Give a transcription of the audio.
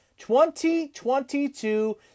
2022